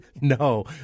no